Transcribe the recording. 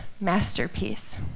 masterpiece